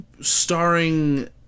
starring